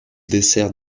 dessert